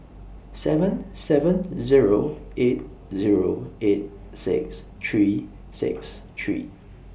seven seven Zero eight Zero eight six three six three